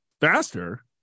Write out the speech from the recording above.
faster